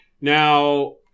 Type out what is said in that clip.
Now